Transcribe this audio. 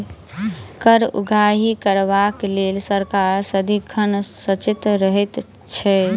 कर उगाही करबाक लेल सरकार सदिखन सचेत रहैत छै